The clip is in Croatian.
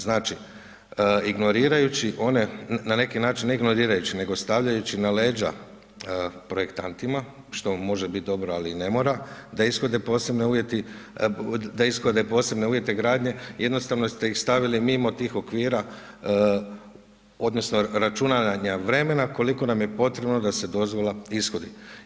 Znači ignorirajući one, na neki način ne ignorirajući nego stavljajući na leđa projektantima što može biti dobro, al' i ne mora, da ishode posebne uvjete gradnje, jednostavno ste ih stavili mimo tih okvira odnosno računanja vremena koliko nam je potrebno da se dozvola ishodi.